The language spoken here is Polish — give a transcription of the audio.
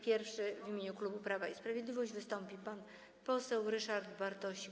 Pierwszy w imieniu klubu Prawo i Sprawiedliwość wystąpi pan poseł Ryszard Bartosik.